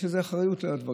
יש איזו אחריות על הדברים.